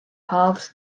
paths